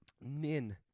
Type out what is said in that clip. Nin